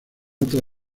otra